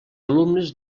alumnes